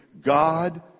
God